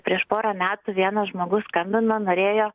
prieš porą metų vienas žmogus skambino norėjo